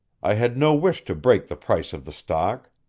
i had no wish to break the price of the stock.